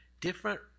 different